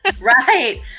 Right